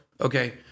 okay